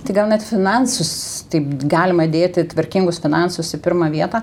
tai gal net finansus taip galima dėti tvarkingus finansus į pirmą vietą